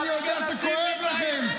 אני יודע שכואב לכם.